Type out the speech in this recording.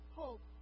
hope